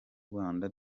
rwanda